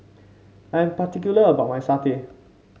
I'm particular about my satay